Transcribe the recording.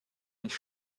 nicht